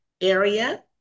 area